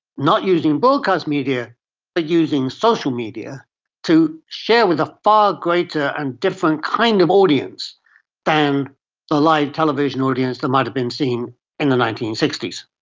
not using broadcast media but using social media to share with a far greater and different kind of audience than the like television audience that might have been seen in the nineteen sixty s.